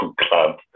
club